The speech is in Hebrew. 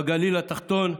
בגליל התחתון,